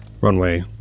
Runway